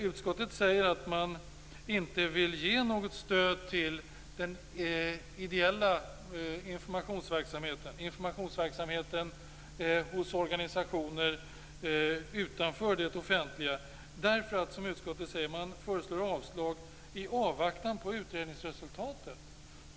Utskottet säger att man inte vill ge något stöd till den ideella informationsverksamheten, till informationsverksamheten hos organisationer utanför det offentliga, och föreslår avslag i avvaktan på utredningsresultatet.